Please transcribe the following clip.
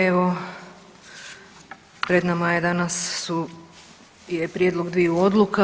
Evo pred nama je danas, su, je prijedlog dviju odluka.